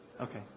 Okay